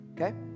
okay